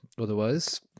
otherwise